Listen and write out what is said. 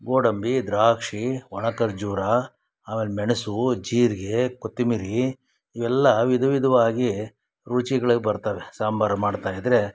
ಗೋಡಂಬಿ ದ್ರಾಕ್ಷಿ ಒಣ ಖರ್ಜೂರ ಆಮೇಲೆ ಮೆಣಸು ಜೀರಿಗೆ ಕೊತ್ತಂಬರಿ ಇವೆಲ್ಲ ವಿಧ ವಿಧವಾಗಿ ರುಚಿಗಳು ಬರ್ತವೆ ಸಾಂಬಾರು ಮಾಡ್ತಾ ಇದ್ದರೆ